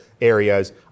areas